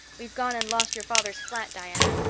we've gone and lost your father's flat, diana,